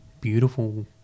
beautiful